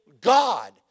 God